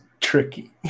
tricky